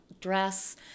dress